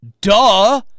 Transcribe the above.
Duh